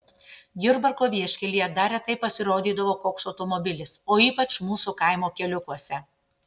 jurbarko vieškelyje dar retai pasirodydavo koks automobilis o ypač mūsų kaimo keliukuose